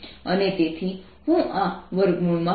અને તેથી હું આ 2×1350×4π×9×1093×108 છે